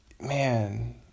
Man